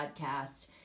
podcast